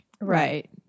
Right